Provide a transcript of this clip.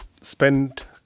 spent